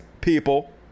people